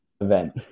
event